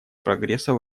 прогресса